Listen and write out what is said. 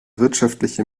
wirtschaftliche